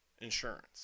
insurance